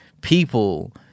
people